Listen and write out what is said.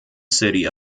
city